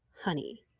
Honey